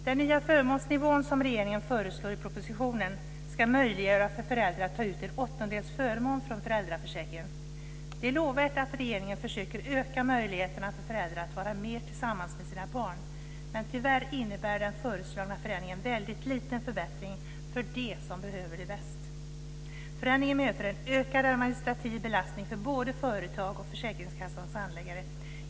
Den nya förmånsnivån som regeringen föreslår i propositionen ska möjliggöra för föräldrar att ta ut en åttondels förmån från föräldraförsäkringen. Det är lovvärt att regeringen försöker att öka möjligheterna för föräldrar att vara mer tillsammans med sina barn, men tyvärr innebär den föreslagna förändringen en väldigt liten förbättring för dem som behöver det mest. Förändringen medför en ökad administrativ belastning för både företag och försäkringskassans handläggare.